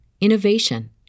innovation